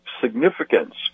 significance